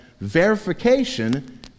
verification